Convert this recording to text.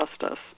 justice